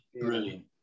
brilliant